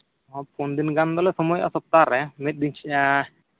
ᱯᱩᱱᱫᱤᱱ ᱜᱟᱱ ᱫᱚᱞᱮ ᱥᱚᱢᱚᱭᱚᱜᱼᱟ ᱥᱚᱯᱛᱟᱨᱮ ᱢᱤᱫ ᱫᱤᱱ